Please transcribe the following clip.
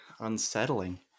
unsettling